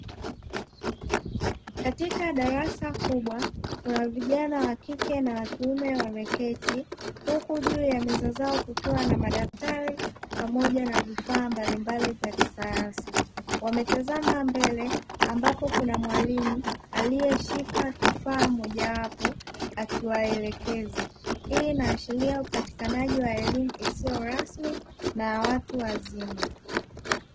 Katika darasa kubwa kuna vijana wa kike na wa kiume wameketi huku juu ya meza zao kukiwa na madaftari pamoja na vifaa mbalimbali vya kisayansi. Wametazama mbele ambapo kuna mwalimu aliyeshika kifaa mojawapo akiwaelekeza. Hii inaashiria upatikanaji wa elimu isiyo rasmi na ya watu wazima.